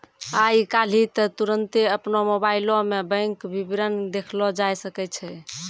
आइ काल्हि त तुरन्ते अपनो मोबाइलो मे बैंक विबरण देखलो जाय सकै छै